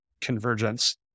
convergence